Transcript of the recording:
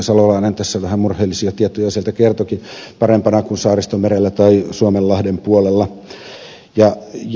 salolainen tässä vähän murheellisia tietoja sieltä kertoikin kuin saaristomerellä tai suomenlahden puolella